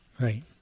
Right